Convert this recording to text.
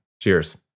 Cheers